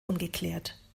ungeklärt